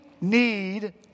need